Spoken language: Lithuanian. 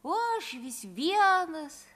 o aš vis vienas